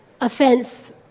offense